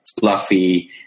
fluffy